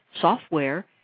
software